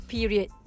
Period